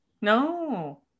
no